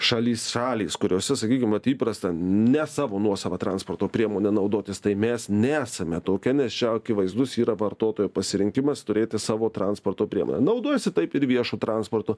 šalys šalys kuriose sakykim vat įprasta ne savo nuosava transporto priemone naudotis tai mes nesame tokia nes čia akivaizdus yra vartotojo pasirinkimas turėti savo transporto priemonę naudojasi taip ir viešu transportu